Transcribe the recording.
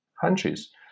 countries